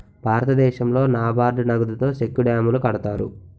భారతదేశంలో నాబార్డు నగదుతో సెక్కు డ్యాములు కడతారు